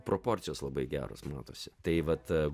proporcijos labai geros matosi tai vat